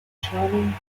charming